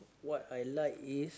what I like is